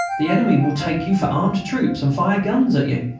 the enemy will take you for armed troops and fire guns at you.